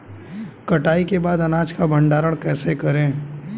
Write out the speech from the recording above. कटाई के बाद अनाज का भंडारण कैसे करें?